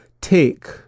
take